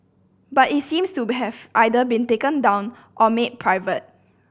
but it seems to be have either been taken down or made private